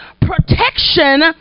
Protection